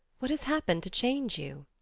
what has happened to change you?